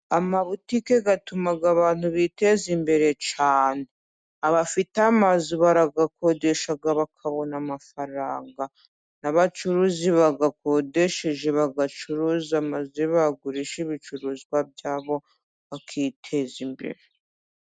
Amabutike atuma abantu biteza imbere cyane. Abafite amazu barayakodesha bakabona amafaranga, n'abacuruzi bayakodesheje bagacuruza, maze bagurisha ibicuruzwa byabo bakiteza imbere.